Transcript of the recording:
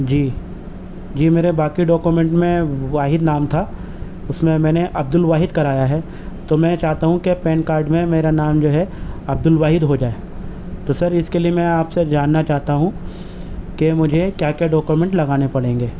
جی جی میرے باقی ڈاکومنٹ میں واحد نام تھا اس میں میں نے عبد الواحد کرایا ہے تو میں یہ چاہتا ہوں کہ پین کارڈ میں میرا نام جو ہے عبد الواحد ہو جائے تو سر اس کے لیے میں آپ سے جاننا چاہتا ہوں کہ مجھے کیا کیا ڈاکومنٹ لگانے پڑیں گے